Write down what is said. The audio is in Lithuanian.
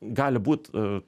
gali būt